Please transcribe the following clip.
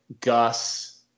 Gus